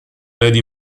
lady